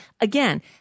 Again